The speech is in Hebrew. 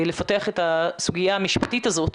לפתח את הסוגיה המשפטית הזאת,